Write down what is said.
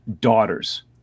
daughters